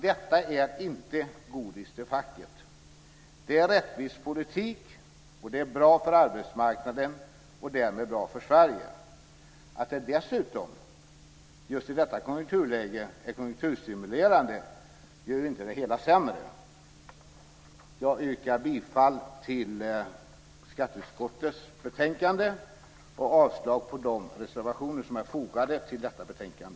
Detta är inte godis till facket. Det är rättvis politik, och det är bra för arbetsmarknaden och därmed bra för Sverige. Att det dessutom just i detta konjunkturläge är konjunkturstimulerande gör ju inte det hela sämre. Jag yrkar bifall till skatteutskottets förslag i betänkandet och avslag på de reservationer som är fogade till detta betänkande.